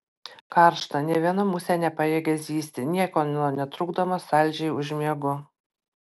karšta nė viena musė nepajėgia zyzti niekieno netrukdomas saldžiai užmiegu